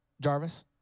Jarvis